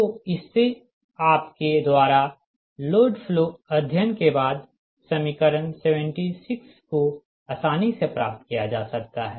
तो इससे आपके द्वारा लोड फ्लो अध्ययन के बाद समीकरण 76 को आसानी से प्राप्त किया जा सकता है